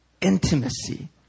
intimacy